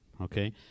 okay